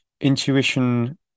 intuition